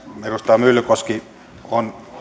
edustaja myllykoski on